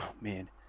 man